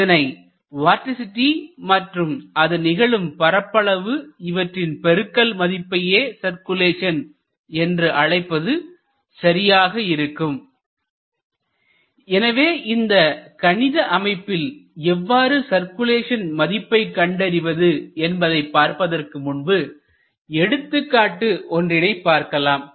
இதனை வார்டிசிட்டி மற்றும் அது நிகழும் பரப்பளவு இவற்றின் பெருக்கல் மதிப்பையே சர்க்குலேஷன் என்று அழைப்பது சரியாக இருக்கும் எனவே இந்த கணித அமைப்பில் எவ்வாறு சர்க்குலேஷன் மதிப்பை கண்டறிவது என்பதை பார்ப்பதற்கு முன்பு எடுத்துக்காட்டு ஒன்றினை பார்க்கலாம்